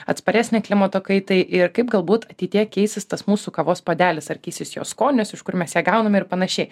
atsparesnė klimato kaitai ir kaip galbūt ateityje keisis tas mūsų kavos puodelis ar keisis jo skonis iš kur mes ją gauname ir panašiai